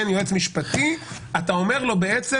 יועץ משפטי אתה בעצם